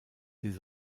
des